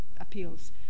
appeals